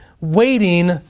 waiting